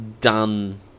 done